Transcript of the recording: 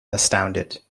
astounded